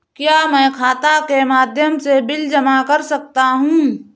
क्या मैं खाता के माध्यम से बिल जमा कर सकता हूँ?